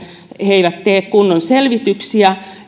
eivät tee kunnon selvityksiä